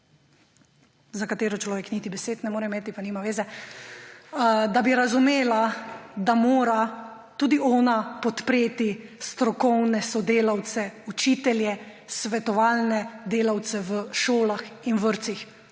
za katero človek niti besed ne more imeti, pa nima zveze – razumela, da mora tudi ona podpreti strokovne sodelavce, učitelje, svetovalne delavce v šolah in vrtcih.